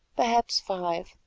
perhaps five,